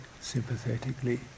sympathetically